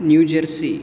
New Jersey